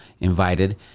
invited